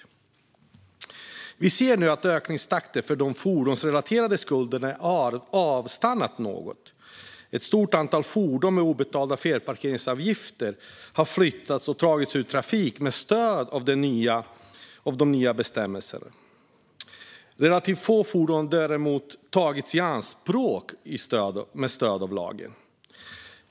Användningsförbud och avskyltning av fordon med obetalda felparkeringsavgifter Vi ser nu att ökningstakten i fråga om de fordonsrelaterade skulderna har avstannat något. Ett stort antal fordon med obetalda felparkeringsavgifter har flyttats och tagits ur trafik med stöd av de nya bestämmelserna. Relativt få fordon har däremot tagits i anspråk med stöd av lagen.